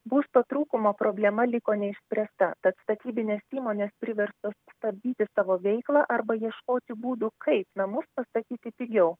būsto trūkumo problema liko neišspręsta tad statybinės įmonės priverstos stabdyti savo veiklą arba ieškoti būdų kaip namus pastatyti pigiau